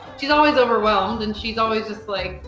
she's always overwhelmed and she's always just like,